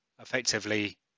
effectively